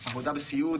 על העבודה בסיעוד,